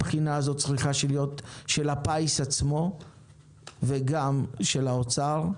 הבחינה צריכה להיות של הפיס עצמו וגם של האוצר,